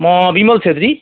म बिमल छेत्री